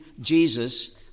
Jesus